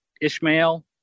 Ishmael